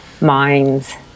minds